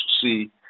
see